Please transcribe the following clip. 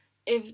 if